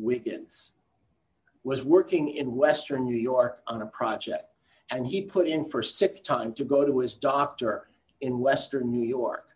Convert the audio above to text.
wiggins was working in western new york on a project and he put in for sick time to go to his doctor in western new york